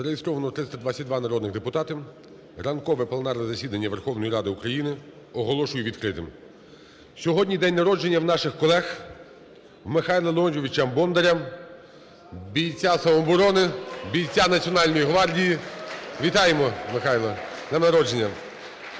Зареєстровано 322 народних депутати. Ранкове пленарне засідання Верховної Ради України оголошую відкритим. Сьогодні день народження у наших колег, в Михайла Леонтійовича Бондаря, бійця самооборони, бійця Національної гвардії. Вітаємо, Михайле, з днем народження!